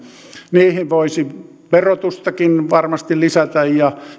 niihin voisi verotustakin varmasti lisätä ja